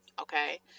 Okay